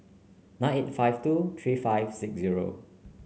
nine eight five two three five six zero